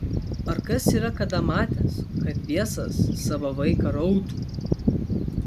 ar kas yra kada matęs kad biesas sava vaiką rautų